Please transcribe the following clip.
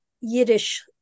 Yiddish